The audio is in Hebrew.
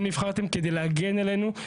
אתם נבחרתם כדי להגן עלינו,